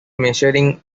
measuring